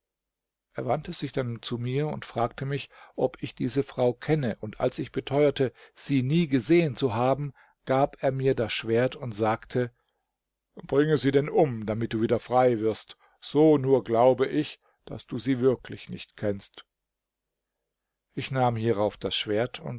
er wandte sich dann zu mir und fragte mich ob ich diese frau kenne und als ich beteuerte sie nie gesehen zu haben gab er mir das schwert und sagte bringe sie denn um damit du wieder frei wirst so nur glaube ich daß du sie wirklich nicht kennst ich nahm hierauf das schwert